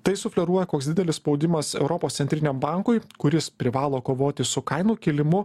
tai sufleruoja koks didelis spaudimas europos centriniam bankui kuris privalo kovoti su kainų kilimu